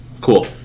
Cool